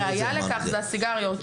והראיה לכך זה הסיגריות,